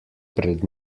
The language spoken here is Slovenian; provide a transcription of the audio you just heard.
pred